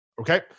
Okay